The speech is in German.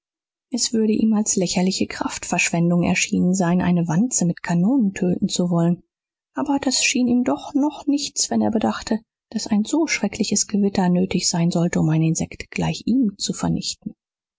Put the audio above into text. es würde ihm als lächerliche kraftverschwendung erschienen sein eine wanze mit kanonen töten zu wollen aber das schien ihm doch noch nichts wenn er bedachte daß ein so schreckliches gewitter nötig sein sollte um ein insekt gleich ihm zu vernichten